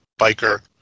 biker